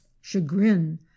chagrin